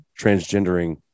transgendering